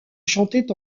chantait